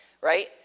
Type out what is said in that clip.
right